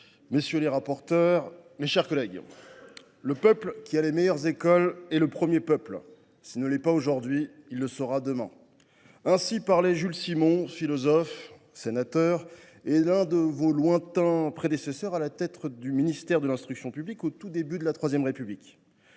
monsieur le ministre, mes chers collègues, « le peuple qui a les meilleures écoles est le premier peuple ; s’il ne l’est pas aujourd’hui, il le sera demain. » Ainsi parlait Jules Simon, philosophe, sénateur, et l’un de vos lointains prédécesseurs à la tête du ministère de l’instruction publique, au tout début de la Troisième République.